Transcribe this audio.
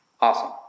Awesome